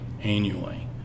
annually